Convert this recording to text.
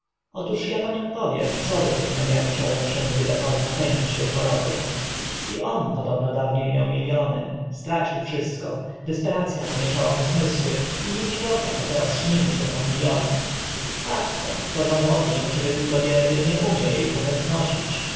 otóż a paniom powiem co według mnie musiało naszemu biedakowi napędzić te choroby i on podobno dawnie miał miliony stracił wszystko desperac a pomieszała mu zmysły i nie dziwota że teraz śni mu się o milionach tak to kto za młodu nie przywykł do biedy nie umie e potem znosić